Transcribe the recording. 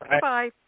Bye